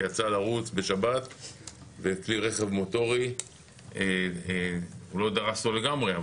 שיצא לרוץ בשבת וכלי רכב מוטורי לא דרס אותו לגמרי,